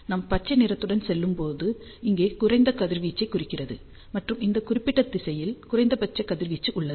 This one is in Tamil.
நாம் பச்சை நிறத்துடன் செல்லும்போது இங்கே குறைந்த கதிர்வீச்சைக் குறிக்கிறது மற்றும் இந்த குறிப்பிட்ட திசையில் குறைந்தபட்ச கதிர்வீச்சு உள்ளது